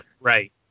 Right